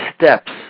steps